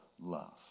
love